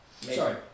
Sorry